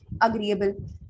Agreeable